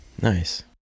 Nice